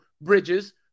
Bridges